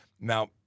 Now